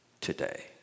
today